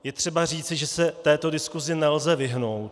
Je třeba říci, že se této diskusi nelze vyhnout.